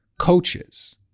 coaches